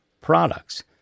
products